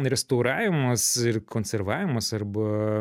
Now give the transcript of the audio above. restauravimas ir konservavimas arba